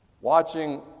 watching